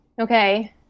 okay